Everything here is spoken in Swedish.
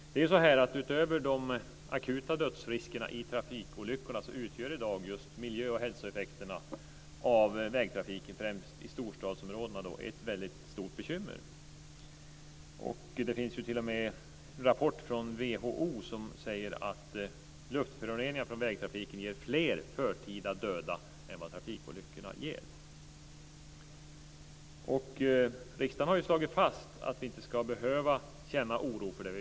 Utöver de akuta dödsriskerna i trafikolyckor utgör i dag just miljö och hälsoeffekterna av vägtrafiken främst i storstadsområdena ett väldigt stort bekymmer. Det finns t.o.m. en rapport från WHO där det sägs att luftföroreningar från vägtrafiken ger fler förtida döda än vad trafikolyckorna gör. Riksdagen har slagit fast att vi inte ska behöva känna oro detta.